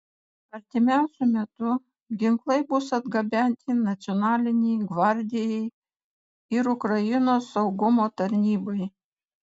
artimiausiu metu ginklai bus atgabenti nacionalinei gvardijai ir ukrainos saugumo tarnybai